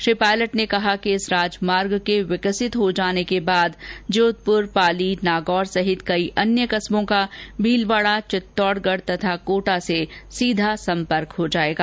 श्री पायलट ने कहा कि इस राजमार्ग के विकसित हो जाने के बाद जोधपुर पाली नागौर सहित कई अन्य कस्बों का भीलवाड़ा चित्तौड़गढ़ तथा कोटा से सीधा सम्पर्क हो जाएगा